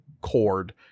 cord